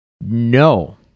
no